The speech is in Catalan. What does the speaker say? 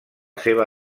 seva